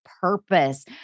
purpose